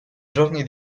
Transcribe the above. giorni